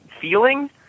feeling